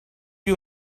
you